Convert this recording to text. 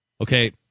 Okay